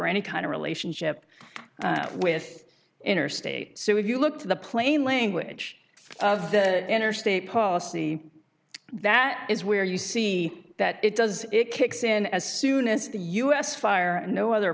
or any kind of relationship with interstate so if you look to the plain language of the interstate policy that is where you see that it does it kicks in as soon as the us fire and no other